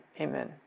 amen